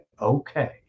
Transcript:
okay